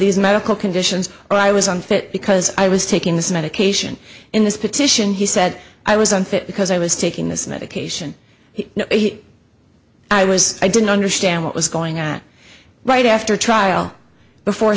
these medical conditions or i was unfit because i was taking this medication in this petition he said i was unfit because i was taking this medication i was i didn't understand what was going on right after a trial before